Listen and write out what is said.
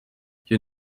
you